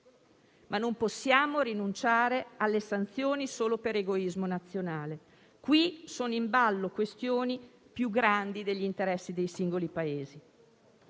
ma non possiamo rinunciare alle sanzioni solo per egoismo nazionale. Qui sono in ballo questioni più grandi degli interessi dei singoli Paesi.